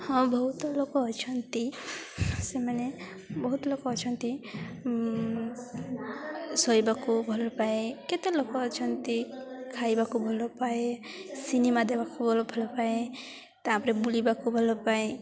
ହଁ ବହୁତ ଲୋକ ଅଛନ୍ତି ସେମାନେ ବହୁତ ଲୋକ ଅଛନ୍ତି ଶୋଇବାକୁ ଭଲ ପାଏ କେତେ ଲୋକ ଅଛନ୍ତି ଖାଇବାକୁ ଭଲ ପାଏ ସିନେମା ଦେବାକୁ ଭଲଫଲ ପାଏ ତାପରେ ବୁଲିବାକୁ ଭଲ ପାଏ